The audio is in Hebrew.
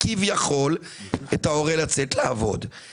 יש הבחנה בין עשירון שכר לעשירון סוציו אקונומי.